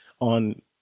on